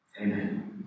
Amen